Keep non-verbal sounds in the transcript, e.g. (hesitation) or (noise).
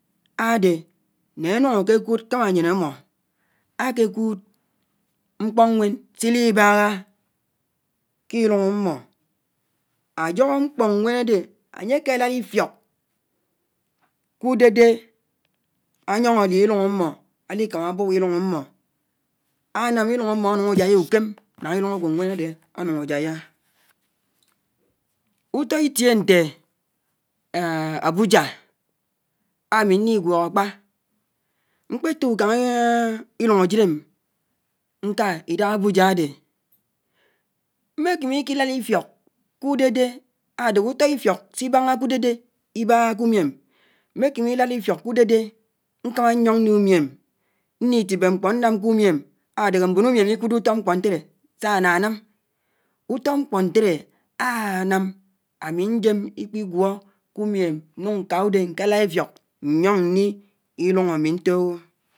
Ádé, né ánùñ ákékùd kámá ányén ámmó áké kùùd mkpó ñwèn sílíbáhá kílùñ ámmó. Ájóhó mkpó ñwén ádé ányéké lád ífìók kùdédé ányóñ álí ílùñ ámmó álíkámá ábùb ìlùñ ámmó ánám ìlùñ ámmó ánùñ ásáyá ùkém náñá ìlùñ ágwòñwén áde ánũñ ájáyá. Ùtó itie ñté (hesitation) Ábùjá ámì ñnígwóhó ákpà, mkpétó ùkáñ (hesitation) ìlùn ájídém ñká ìdáhá Ábùjá ádé, mmékímí íkílád ífíok kùdédé ádéhé ùtó ífíok síbáñá kùdédé íbáhá kùmìém, mmékímíílád ífiok kùdédé ñkámá ñyóñ ñní ùmiém ɲnítíbé mkpó ñnám kùmiém ádéhémbén ùmiém íkùdò ùtó mkpó ñtéré sá nánám, ùtó mkpó ñtéré ánám ámì ñjém íkpigwó kùmiém ñnùñ ñká ùdé ñkélád ífíok ñnyóñ ñni ílùñ ámì ñtòhò